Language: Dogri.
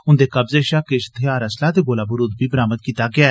उंदे कब्जे शा किश थैहा असलाह ते गोला बारूद बी बरामद कीता गेआ ऐ